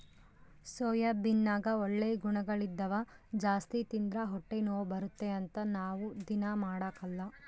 ಸೋಯಾಬೀನ್ನಗ ಒಳ್ಳೆ ಗುಣಗಳಿದ್ದವ ಜಾಸ್ತಿ ತಿಂದ್ರ ಹೊಟ್ಟೆನೋವು ಬರುತ್ತೆ ಅಂತ ನಾವು ದೀನಾ ಮಾಡಕಲ್ಲ